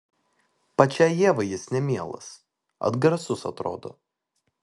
pačiai ievai jis nemielas atgrasus atrodo